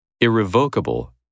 Irrevocable